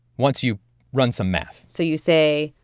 once you run some math so, you say,